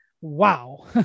wow